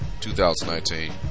2019